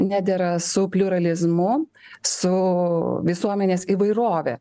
nedera su pliuralizmu su visuomenės įvairove